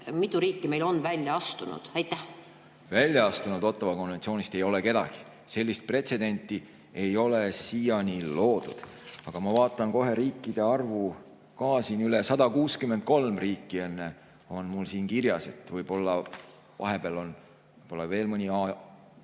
võimalik – on välja astunud? Välja astunud Ottawa konventsioonist ei ole keegi, sellist pretsedenti ei ole siiani loodud. Aga ma vaatan kohe riikide arvu üle. 163 riiki on mul siin kirjas. Võib-olla vahepeal on veel mõni Aasia